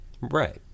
Right